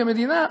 כמדינה,